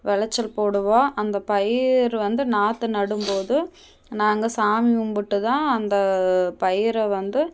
விளச்சல் போடுவோம் அந்த பயிர் வந்து நாற்று நடும்போது நாங்கள் சாமி கும்பிட்டு தான் அந்த பயிரை வந்து